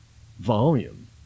volume